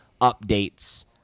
updates